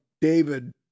David